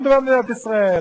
והזקנים לעובדים הסיעודיים,